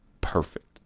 perfect